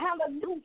Hallelujah